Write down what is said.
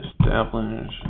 Establish